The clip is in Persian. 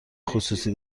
خصوصی